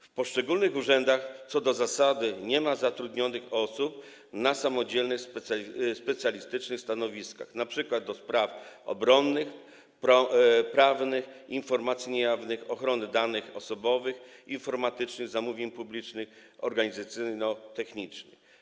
W poszczególnych urzędach, co do zasady, nie ma osób zatrudnionych na samodzielnych specjalistycznych stanowiskach, np. do spraw obronnych, prawnych, informacji niejawnych, ochrony danych osobowych, informatycznych, zamówień publicznych czy organizacyjno-technicznych.